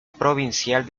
provincial